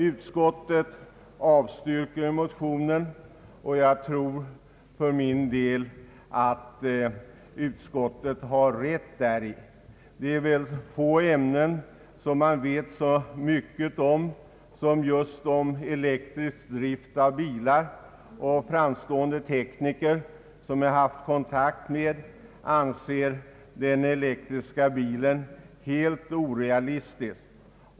Utskottet avstyrker motionen, och jag tror att utskottet gör alldeles rätt i det. Det är få ämnen man vet så mycket om som just elektrisk drift av bilar, och framstående tekniker som jag haft kontakt med anser den elektriska bilen helt orealis tisk.